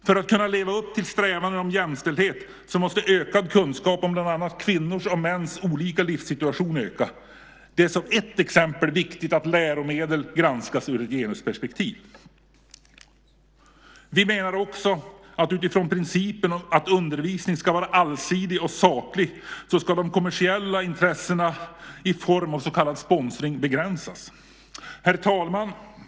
För att kunna leva upp till strävan om jämställdhet måste kunskapen om bland annat kvinnors och mäns olika livssituation öka. Det är som ett exempel viktigt att läromedel granskas ur genusperspektiv. Vi menar också att utifrån principen att undervisning ska vara allsidig och saklig ska de kommersiella intressena i form av så kallad sponsring begränsas. Herr talman!